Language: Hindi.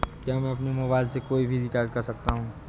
क्या मैं अपने मोबाइल से कोई भी रिचार्ज कर सकता हूँ?